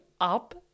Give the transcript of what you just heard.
up